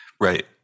right